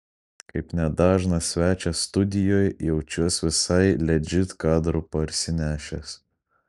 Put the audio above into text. kaip nedažnas svečias studijoj jaučiuos visai ledžit kadrų parsinešęs